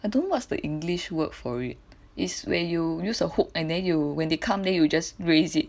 I don't know what's the English word for it is where you use a hook and then you when they come then you just raise it